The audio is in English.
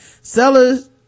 Sellers